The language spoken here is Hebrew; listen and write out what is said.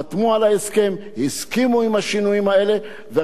וכולנו יוצאים לדרך חדשה,